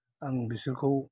आं बिसोरखौ